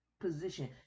position